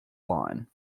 line